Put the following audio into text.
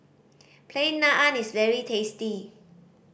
Plain Naan is very tasty